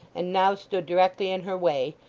and now stood directly in her way,